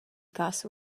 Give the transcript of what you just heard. cass